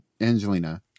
Angelina